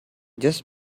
just